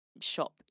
shop